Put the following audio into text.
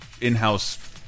in-house